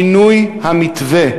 אני בעד שינוי המתווה,